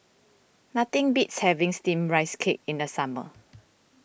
nothing beats having Steamed Rice Cake in the summer